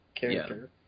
character